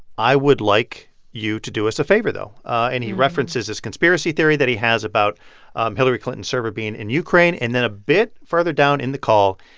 i would like you to do us a favor, though. and he references this conspiracy theory that he has about um hillary clinton's server being in ukraine. and then a bit further down in the call,